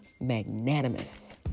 magnanimous